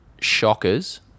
shockers